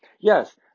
yes